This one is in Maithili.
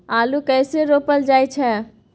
आलू कइसे रोपल जाय छै?